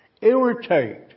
Irritate